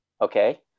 okay